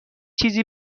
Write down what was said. چیزی